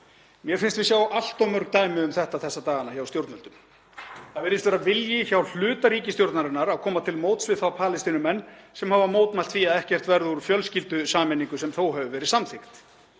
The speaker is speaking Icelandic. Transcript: Mér finnst við sjá allt of mörg dæmi um þetta þessa dagana hjá stjórnvöldum. Það virðist vera vilji hjá hluta ríkisstjórnarinnar til að koma til móts við þá Palestínumenn sem hafa mótmælt því að ekkert verði úr fjölskyldusameiningu sem þó hefur verið samþykkt.